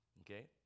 Okay